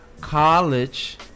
college